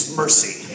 mercy